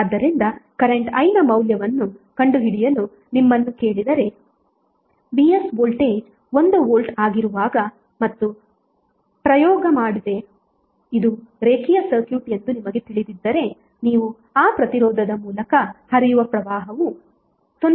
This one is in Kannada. ಆದ್ದರಿಂದಕರೆಂಟ್ i ನ ಮೌಲ್ಯವನ್ನು ಕಂಡುಹಿಡಿಯಲು ನಿಮ್ಮನ್ನು ಕೇಳಿದರೆ Vsವೋಲ್ಟೇಜ್ 1 ವೋಲ್ಟ್ ಆಗಿರುವಾಗ ಮತ್ತು ಪ್ರಯೋಗ ಮಾಡದೆ ಇದು ರೇಖೀಯ ಸರ್ಕ್ಯೂಟ್ ಎಂದು ನಿಮಗೆ ತಿಳಿದಿದ್ದರೆ ನೀವು ಆ ಪ್ರತಿರೋಧ ಮೂಲಕ ಹರಿಯುವ ಪ್ರವಾಹವು 0